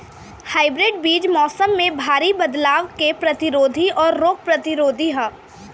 hybrid बीज मौसम में भारी बदलाव के प्रतिरोधी और रोग प्रतिरोधी ह